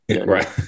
Right